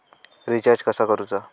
Recharge कसा करूचा?